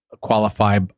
qualify